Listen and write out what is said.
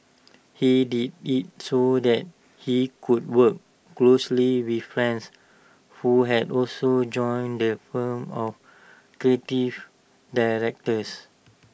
he did IT so that he could work closely with friends who had also joined the firm or creative directors